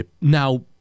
Now